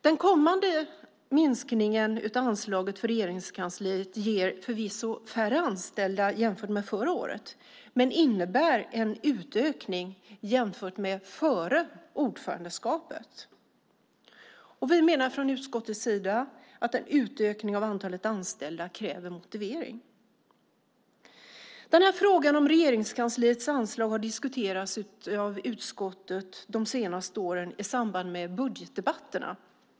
Den kommande minskningen av anslaget för Regeringskansliet ger förvisso färre anställda jämfört med förra året men utgör en utökning jämfört med före ordförandeskapet. Vi menar från utskottets sida att en utökning av antalet anställda kräver motivering. Frågan om Regeringskansliets anslag har diskuterats av utskottet de senaste åren i samband med budgetdebatterna.